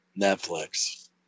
Netflix